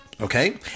okay